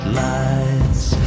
lights